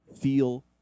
feel